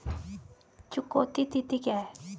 चुकौती तिथि क्या है?